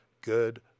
good